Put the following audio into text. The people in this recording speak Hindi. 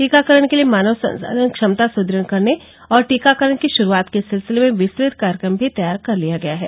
टीकाकरण के लिए मानव संसाधन क्षमता सुद्रढ़ करने और टीकाकरण की श्रूआत के सिलसिले में विस्तृत कार्यक्रम भी तैयार कर लिया गया है